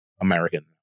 American